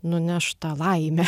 nuneš tą laimę